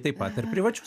taip pat ir privačių